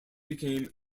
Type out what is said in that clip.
became